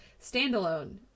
standalone